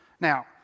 Now